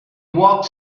walked